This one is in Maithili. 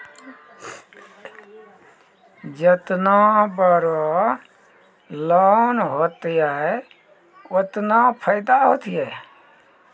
जेतना बड़ो लोन होतए ओतना फैदा होतए